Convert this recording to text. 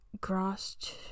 crossed